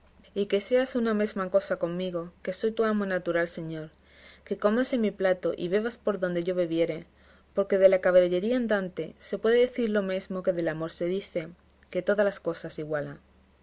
y que seas una mesma cosa conmigo que soy tu amo y natural señor que comas en mi plato y bebas por donde yo bebiere porque de la caballería andante se puede decir lo mesmo que del amor se dice que todas las cosas iguala